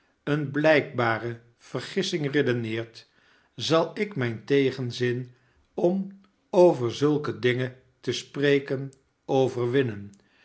eene blijkbare vergissing redeneert zal ik mijn tegenzin om over zulke dingen te spreken